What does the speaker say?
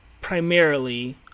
primarily